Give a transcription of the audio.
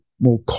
more